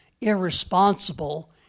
irresponsible